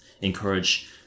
encourage